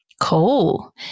Cool